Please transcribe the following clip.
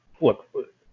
look